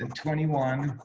and twenty one,